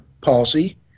policy